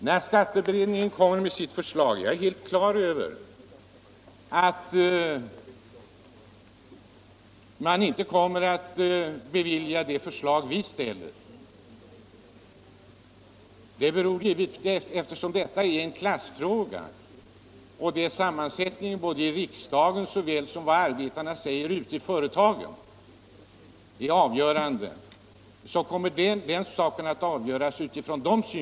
Jag är fullt på det klara med att företagsskatteberedningen inte kommer att gilla de förslag som vi framställer. Eftersom detta är en klassfråga kommer såväl sammansättningen i riksdagen som arbetarnas mening ute i företagen att bli avgörande.